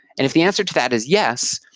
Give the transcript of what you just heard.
if the answer to that is yes,